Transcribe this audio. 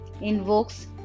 invokes